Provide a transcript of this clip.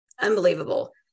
unbelievable